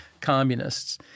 communists